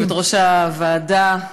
יושבת-ראש הוועדה,